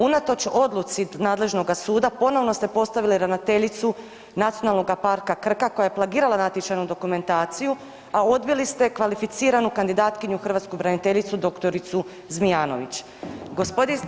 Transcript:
Unatoč odluci nadležnoga suda ponovno ste postavili ravnateljicu NP Krka koja je plagirala natječajnu dokumentaciju, a odbili ste kvalificiranu kandidatkinju hrvatsku braniteljicu dr. Zmijanović.